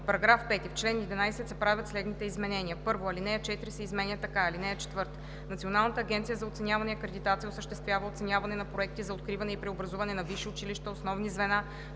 § 5: „§ 5. В чл. 11 се правят следните изменения: 1. Алинея 4 се изменя така: „(4) Националната агенция за оценяване и акредитация осъществява оценяване на проекти за откриване и преобразуване на висши училища, основни звена,